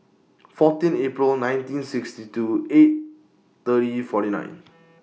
fourteen April nineteen sixty two eight thirty forty nine